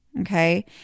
Okay